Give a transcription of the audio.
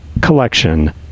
collection